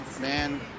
man